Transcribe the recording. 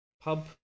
pub